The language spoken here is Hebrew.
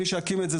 מי שיקים את זה,